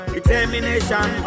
Determination